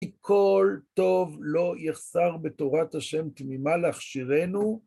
כל טוב לא יחסר בתורת השם תמימה להכשירנו.